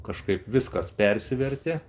kažkaip viskas persivertė